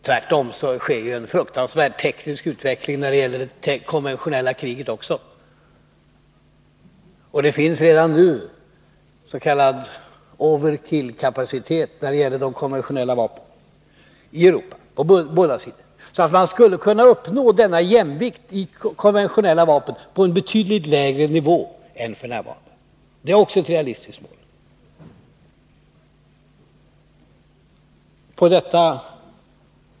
Tvärtom sker en fruktansvärd teknisk utveckling också när det gäller det konventionella kriget. Det finns redan nu s.k. overkill-kapacitet när det gäller de konventionella vapnen, i Europa och på båda sidor. Man skulle dock kunna uppnå denna jämvikt i fråga om konventionella vapen på en betydligt lägre nivå än f. n. — det är också ett realistiskt mål.